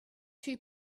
two